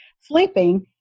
sleeping